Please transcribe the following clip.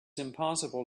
impossible